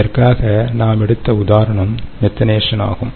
இதற்காக நாம் எடுத்த உதாரணம் மெத்தனேஷன் ஆகும